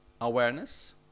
awareness